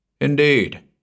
Indeed